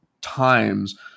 times